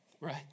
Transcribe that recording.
right